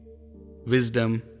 Wisdom